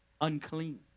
unclean